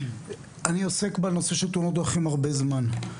אני עוסק בנושא של תאונות דרכים הרבה זמן,